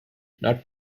not